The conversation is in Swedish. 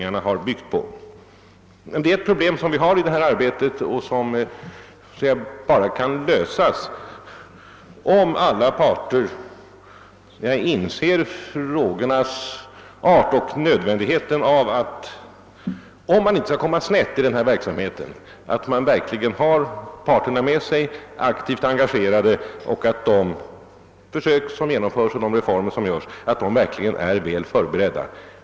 Jag talar här inte speciellt om LKAB eller andra statliga företag utan om de anställda i svenska företag över huvud taget. Vi har ett problem här, som bara kan lösas om alla parter inser frågornas art och nödvändigheten av att man verkligen har alla med sig och aktivt engagerade för att inte spåra ur i utvecklingen. De försök som sker och de reformer som genomförs måste vara väl förberedda.